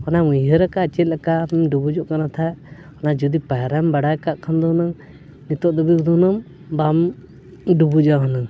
ᱚᱱᱟ ᱩᱭᱦᱟᱹᱨ ᱟᱠᱟᱫ ᱪᱮᱫ ᱞᱮᱠᱟᱢ ᱰᱩᱵᱩᱡᱚᱜ ᱠᱟᱱᱟ ᱛᱟᱦᱮᱫ ᱚᱱᱟ ᱡᱩᱫᱤ ᱯᱟᱭᱨᱟᱢ ᱵᱟᱲᱟᱭ ᱠᱟᱜ ᱠᱷᱟᱱ ᱫᱚ ᱦᱩᱱᱟᱹᱝ ᱱᱤᱛᱳᱜ ᱫᱷᱟᱹᱵᱤᱡ ᱫᱚ ᱦᱩᱱᱟᱹᱝ ᱵᱟᱢ ᱰᱩᱵᱩᱡᱟ ᱦᱩᱱᱟᱹᱝ